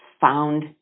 found